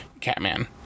Catman